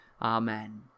Amen